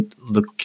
look